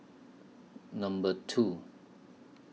Number two